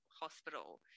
hospital